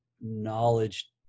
knowledge